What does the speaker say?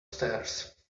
stairs